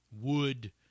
wood